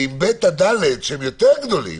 עם כיתות ב' עד ד' שהם יותר גדולים